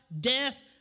death